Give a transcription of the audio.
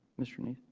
mr. neiss.